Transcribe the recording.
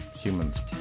Humans